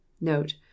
note